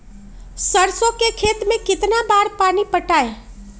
सरसों के खेत मे कितना बार पानी पटाये?